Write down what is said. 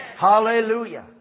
Hallelujah